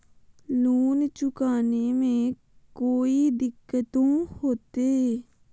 Loan चुकाने में कोई दिक्कतों होते?